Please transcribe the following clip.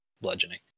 bludgeoning